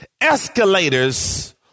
Escalators